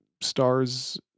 Stars